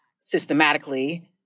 systematically